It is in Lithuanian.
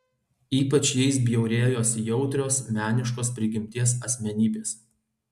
ypač jais bjaurėjosi jautrios meniškos prigimties asmenybės